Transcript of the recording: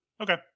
Okay